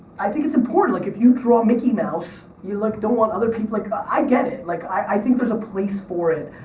i think it's important. like if you draw mickey mouse, you don't want other people, like i get it. like i think there's a place for it.